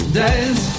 days